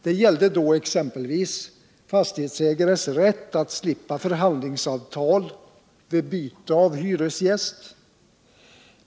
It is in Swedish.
Det gällde då exempelvis fastighetsägares rätt att slippa förhandlingsavtal vid byte av hyresgäst.